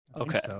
Okay